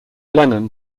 lennon